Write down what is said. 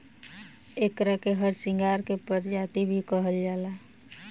एकरा के हरसिंगार के प्रजाति भी कहल जाला